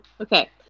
okay